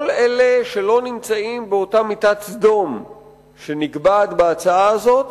כל אלה שלא נמצאים באותה מיטת סדום שנקבעת בהצעה הזאת,